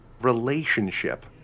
relationship